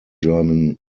german